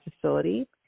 facility